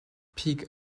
peak